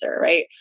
right